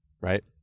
right